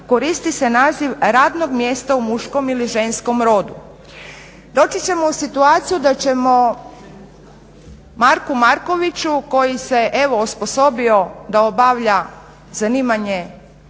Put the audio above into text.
koristi se naziv radnog mjesta u muškom ili ženskom rodu. Doći ćemo u situaciju da ćemo Marku Markoviću koji se evo osposobio da obavlja zanimanje